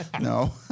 No